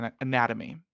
anatomy